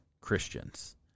Christians